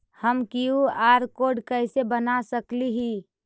हम QR code कैसे बना सकली ही?